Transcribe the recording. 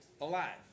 alive